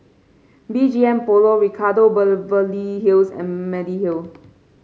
B G M Polo Ricardo Beverly Hills and Mediheal